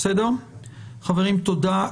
חברים, תודה.